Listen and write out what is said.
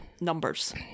numbers